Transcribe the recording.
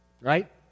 right